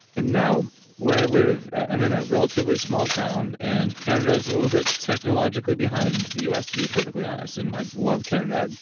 and now, where i live i'm in a relatively small town and canada is a little bit technologically behind the u s, to be perfectly honest, and i love canada.